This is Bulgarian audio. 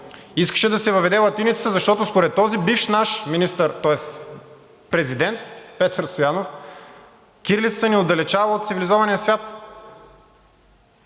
Искаше да се въведе латиницата, защото според този бивш наш президент Петър Стоянов кирилицата ни отдалечавала от цивилизования свят.